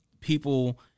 people